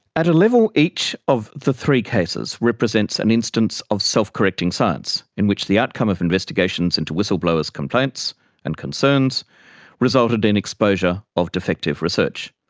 at a level each of the three cases represents an instance of self-correcting science, in which the outcome of investigations into whistleblowers' complaints and concerns resulted in exposure of defective research.